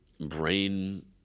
brain